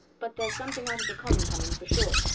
but theres something out of the common coming, for sure.